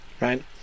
right